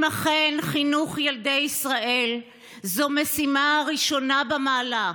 אם אכן חינוך ילדי ישראל זו משימה ראשונה במעלה,